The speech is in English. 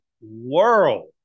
world